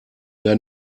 der